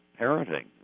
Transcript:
parenting